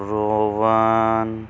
ਰੋਵਨ